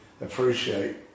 appreciate